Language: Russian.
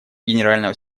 генерального